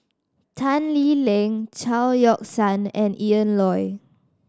Tan Lee Leng Chao Yoke San and Ian Loy